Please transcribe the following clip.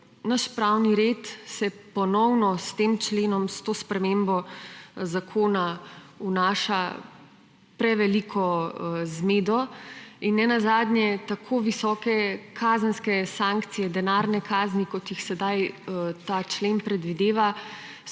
naš pravni red se ponovno s tem členom, s to spremembo zakona vnaša prevelika zmeda in nenazadnje tako visoke kazenske sankcije, denarne kazni, kot jih sedaj ta člen predvideva,